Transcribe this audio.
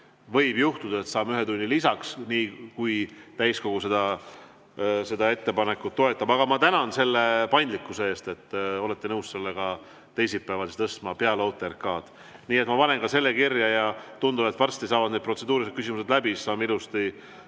Võib juhtuda, et saame ühe tunni lisaks, kui täiskogu seda ettepanekut toetab. Aga ma tänan selle paindlikkuse eest, et te olete nõus selle punkti teisipäeval tõstma peale OTRK‑d. Nii et ma panen selle kirja. Tundub, et varsti saavad protseduurilised küsimused läbi ja saame ilusti